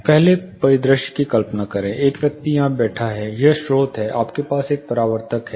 परावर्तित पहले परिदृश्य की कल्पना करें एक व्यक्ति यहां बैठा है यह स्रोत है आपके पास एक परावर्तक है